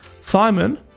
simon